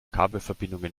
kabelverbindungen